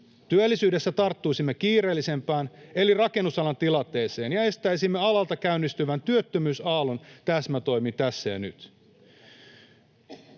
Työllisyydessä tarttuisimme kiireellisimpään eli rakennusalan tilanteeseen ja estäisimme alalta käynnistyvän työttömyysaallon täsmätoimin tässä ja nyt.